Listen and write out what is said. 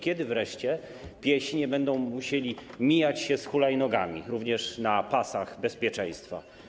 Kiedy wreszcie piesi nie będą musieli mijać się z hulajnogami, również na pasach bezpieczeństwa?